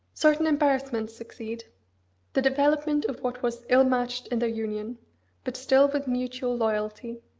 certain embarrassments succeed the development of what was ill-matched in their union but still with mutual loyalty.